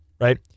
right